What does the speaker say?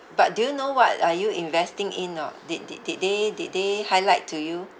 but do you know what are you investing in or not did did did they did they highlight to you